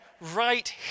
right